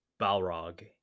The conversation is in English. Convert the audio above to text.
Balrog